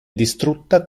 distrutta